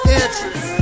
interest